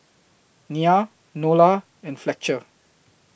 Nya Nola and Fletcher